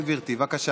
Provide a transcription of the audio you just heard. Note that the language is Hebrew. כן, גברתי, בבקשה.